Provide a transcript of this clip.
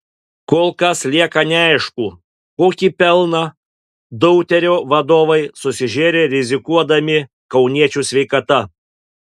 kol kas lieka neaišku kokį pelną deuterio vadovai susižėrė rizikuodami kauniečių sveikata